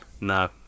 No